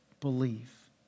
believe